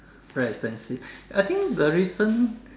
very expensive I think the recent